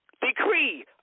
Decree